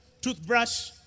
Toothbrush